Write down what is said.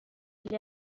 ele